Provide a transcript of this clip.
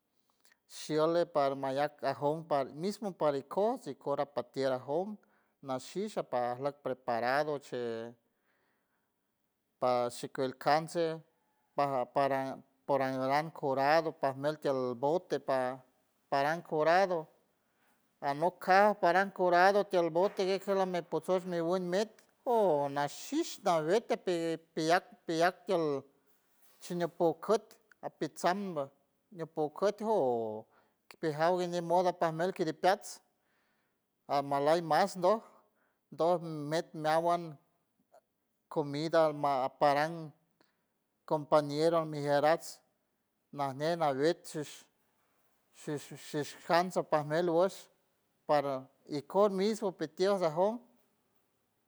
Shiole paranmayac ajound para mismo para ikons ikora patiera jom nashisha parloc preparado chiel par shiquelcanse para paran porangoran curado paj miel tial bote para paran curado, anok can param curado tialbote que jemelo poshiold mil un met joou nashish narguete pe peyark peyark tiolt shiñepokoit apetsamba niopo cotguo oo kipejauguie ni ñimoda pamelt kiripats almalay mas dog dog met meawuand comida alma parant compañero mijerast najñe naigueitshish shis shis sijansa pajme lugoudsh par ikods mismo pitior ajiom.